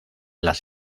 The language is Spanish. las